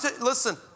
Listen